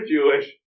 Jewish